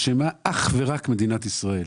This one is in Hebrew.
אשמה אך ורק מדינת ישראל,